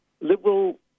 Liberal